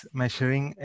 measuring